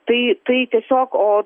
tai tai tiesiog o